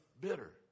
bitter